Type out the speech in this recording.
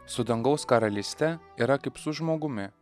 su dangaus karalyste yra kaip su žmogumi